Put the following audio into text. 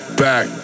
back